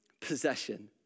possession